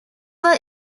were